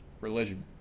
religion